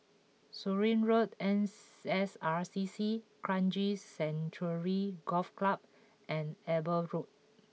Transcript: Surin Road N S R C C Kranji Sanctuary Golf Club and Eber Road